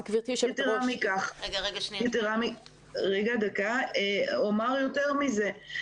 יתרה מכך, אומר יותר מזה.